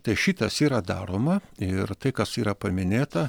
tai šitas yra daroma ir tai kas yra paminėta